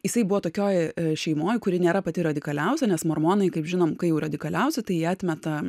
jisai buvo tokioj šeimoj kuri nėra pati radikaliausia nes mormonai kaip žinom kai jau radikaliausi tai atmeta